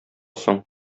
соң